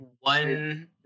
one